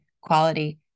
quality